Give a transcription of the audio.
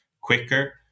quicker